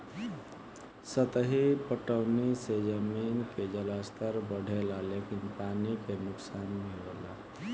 सतही पटौनी से जमीन के जलस्तर बढ़ेला लेकिन पानी के नुकसान भी होखेला